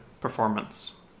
performance